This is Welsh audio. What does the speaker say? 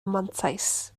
mantais